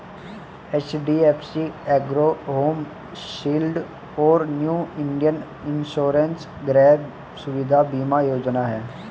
HDFC ergo home shield और new India insurance गृह सुविधा बीमा योजनाएं हैं